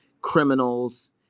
criminals